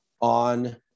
on